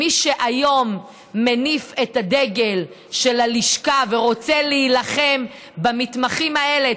מי שהיום מניף את הדגל של הלשכה ורוצה להילחם במתמחים האלה,